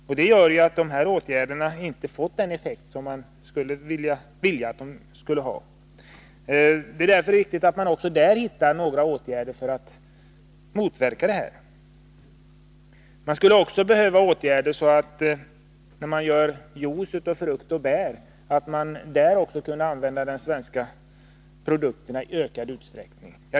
Detta gör att förbudet inte fått den effekt som man skulle vilja att det hade. Det är därför viktigt att hitta åtgärder för att motverka att förbudet kringgås. Det skulle också behövas åtgärder som medför att man i ökad utsträckning kunde använda svenska produkter när man gör juice av frukt och bär.